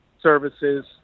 services